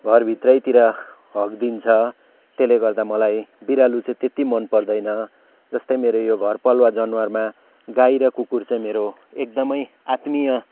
घरभित्रैतिर हगिदिन्छ त्यसले गर्दा मलाई बिरालो चाहिँ त्यति मन पर्दैन जस्तै मेरो यो घरपालुवा जनावरमा गाई र कुकुर चाहिँ मेरो एकदमै आत्मीय